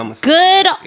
good